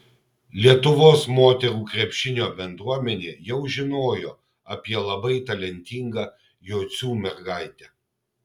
lietuvos moterų krepšinio bendruomenė jau žinojo apie labai talentingą jocių mergaitę